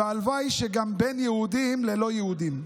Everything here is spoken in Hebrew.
והלוואי שגם בין יהודים ללא יהודים.